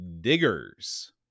diggers